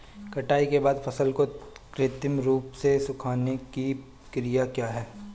कटाई के बाद फसल को कृत्रिम रूप से सुखाने की क्रिया क्या है?